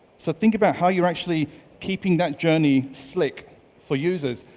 so think about how you're actually keeping that journey slick for users,